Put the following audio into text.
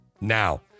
Now